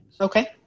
Okay